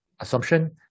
assumption